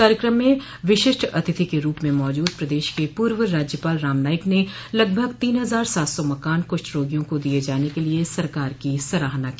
कार्यकम में विशिष्ट अतिथि के रूप में मौजूद प्रदेश के पूर्व राज्यपाल राम नाईक ने लगभग तीन हजार सात सौ मकान कुष्ठ रोगियों को दिये जाने के लिए सरकार की सराहना की